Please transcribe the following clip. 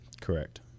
Correct